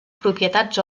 propietats